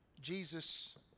Jesus